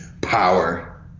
Power